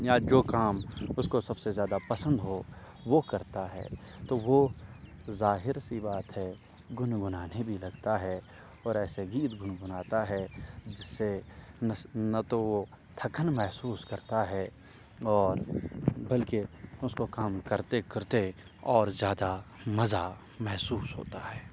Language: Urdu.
یا جو کام اس کو سب سے زیادہ پسند ہو وہ کرتا ہے تو وہ ظاہر سی بات ہے گنگنانے بھی لگتا ہے اور ایسے گیت گنگناتا ہے جس سے نہ تو وہ تھکن محسوس کرتا ہے اور بلکہ اس کو کام کرتے کرتے اور زیادہ مزہ محسوس ہوتا ہے